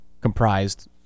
comprised